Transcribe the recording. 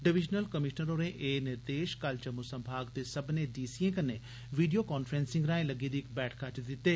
divisional commissioner होरें एह् निर्देश कल जम्मू संभाग दे सब्बने डी सी ए कन्नै वीडियो काफ्रेंसिंग राए लग्गी दी इक बैठका च दितते